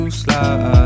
slide